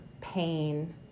pain